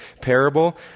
parable